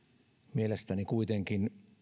mielestäni kuitenkin